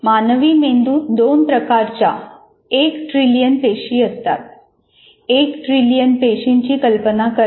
मानवी मेंदूत दोन प्रकारच्या एक ट्रिलियन पेशी असतात एक ट्रिलियन पेशींची कल्पना करा